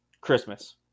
Christmas